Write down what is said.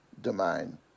domain